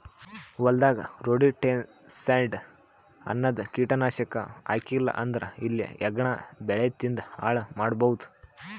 ಹೊಲದಾಗ್ ರೊಡೆಂಟಿಸೈಡ್ಸ್ ಅನ್ನದ್ ಕೀಟನಾಶಕ್ ಹಾಕ್ಲಿಲ್ಲಾ ಅಂದ್ರ ಇಲಿ ಹೆಗ್ಗಣ ಬೆಳಿ ತಿಂದ್ ಹಾಳ್ ಮಾಡಬಹುದ್